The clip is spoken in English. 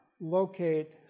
locate